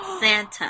Santa